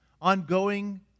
ongoing